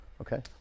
Okay